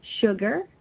sugar